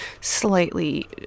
slightly